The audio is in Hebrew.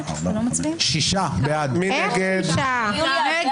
מי נמנע?